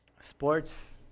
sports